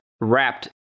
wrapped